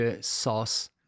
sauce